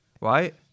Right